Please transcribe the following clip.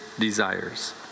desires